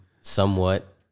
somewhat